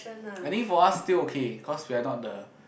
I think for us still okay cause we're not the